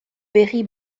berri